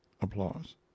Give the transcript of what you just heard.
Applause